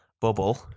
bubble